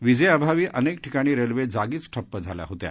वीजेअभावी अनेक ठिकाणी रेल्वे जागीच ठप्प झाल्या होत्या